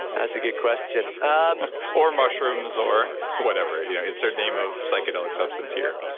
that's a good question. um or mushrooms or whatever, you know insert name of psychedelic substance here.